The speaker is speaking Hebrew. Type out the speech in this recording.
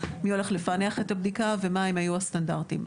מי הולך לפענח את הבדיקה ומה יהיו הסטנדרטים.